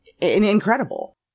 incredible